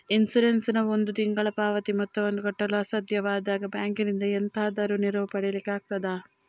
Insurance ನ ಒಂದು ತಿಂಗಳ ಪಾವತಿ ಮೊತ್ತವನ್ನು ಕಟ್ಟಲು ಅಸಾಧ್ಯವಾದಾಗ ಬ್ಯಾಂಕಿನಿಂದ ಎಂತಾದರೂ ನೆರವು ಪಡಿಲಿಕ್ಕೆ ಆಗ್ತದಾ?